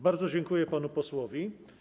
Bardzo dziękuję panu posłowi.